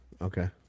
Okay